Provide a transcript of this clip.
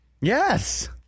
Yes